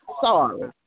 sorry